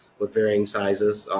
with varying sizes.